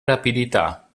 rapidità